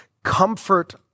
Comfort